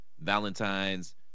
Valentine's